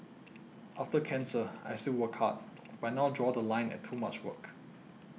after cancer I still work hard but now draw The Line at too much work